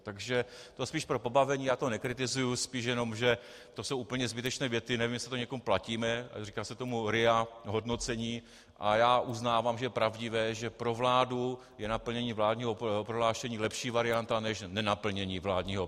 Takže to spíš pro pobavení, já to nekritizuji, spíš jenom že to jsou úplně zbytečné věty, nevím, jestli to někomu platíme, říká se tomu RIA hodnocení a já uznávám, že je pravdivé, že pro vládu je naplnění vládního prohlášení lepší varianta než nenaplnění vládního programového prohlášení.